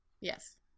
Yes